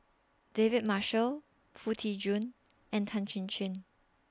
David Marshall Foo Tee Jun and Tan Chin Chin